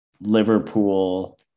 Liverpool